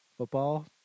football